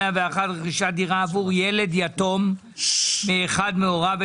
101) (רכישת דירה עבור ילד יתום מאחד מהוריו),